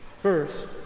First